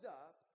up